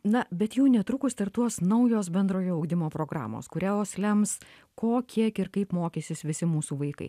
na bet jau netrukus startuos naujos bendrojo ugdymo programos kurios lems ko kiek ir kaip mokysis visi mūsų vaikai